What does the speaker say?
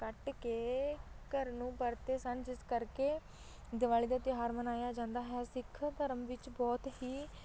ਕੱਟ ਕੇ ਘਰ ਨੂੰ ਪਰਤੇ ਸਨ ਜਿਸ ਕਰਕੇ ਦੀਵਾਲੀ ਦਾ ਤਿਉਹਾਰ ਮਨਾਇਆ ਜਾਂਦਾ ਹੈ ਸਿੱਖ ਧਰਮ ਵਿੱਚ ਬਹੁਤ ਹੀ